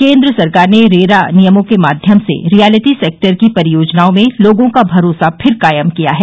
केन्द्र सरकार ने रेरा नियमों के माध्यम से रियलिटी सेक्टर की परियोजनाओं में लोगों का भरोसा फिर कायम किया है